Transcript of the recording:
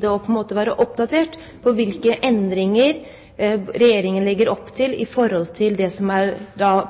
være oppdatert på hvilke endringer Regjeringen legger opp til i forhold til det som er